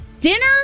Dinner